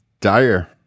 dire